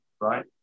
right